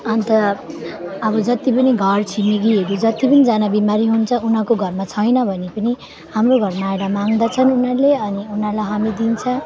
अन्त अब जति पनि घर छिमेकीहरू जति पनि जना बिमारी हुन्छ उनीहरूको घरमा छैन भने पनि हाम्रो घरमा आएर माग्दछन् उनीहरूले अनि उनीहरूलाई हामी दिन्छौँ